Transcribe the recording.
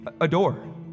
adore